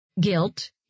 Guilt